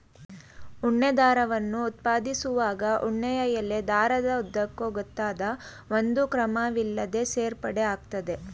ಉಣ್ಣೆ ದಾರವನ್ನು ಉತ್ಪಾದಿಸುವಾಗ ಉಣ್ಣೆಯ ಎಳೆ ದಾರದ ಉದ್ದಕ್ಕೂ ಗೊತ್ತಾದ ಒಂದು ಕ್ರಮವಿಲ್ಲದೇ ಸೇರ್ಪಡೆ ಆಗ್ತದೆ